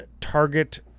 target